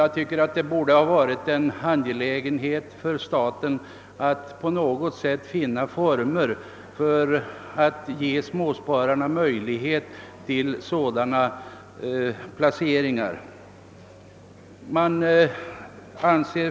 Jag tycker att det borde vara en angelägenhet för staten att på något sätt finna former för att ge småspararna möjlighet till sådana placeringar.